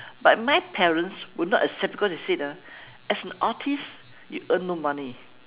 but my parents would not accept because they said ah as an artist you earn no money